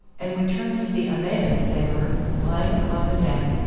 and we turned to see a malay sailor lying upon the deck,